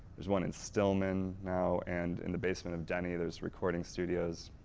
there's one in stillman now and in the basement of denny there's recording studios.